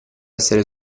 essere